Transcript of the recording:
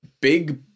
big